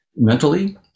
mentally